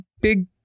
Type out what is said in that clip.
big